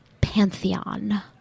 pantheon